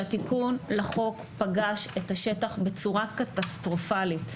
שהתיקון לחוק פגש את השטח בצורה קטסטרופלית.